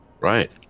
Right